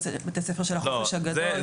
בתי ספר של החופש הגדול.